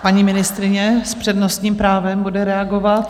Paní ministryně s přednostním právem bude reagovat.